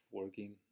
working